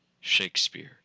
Shakespeare